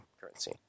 currency